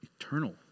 eternal